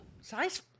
Size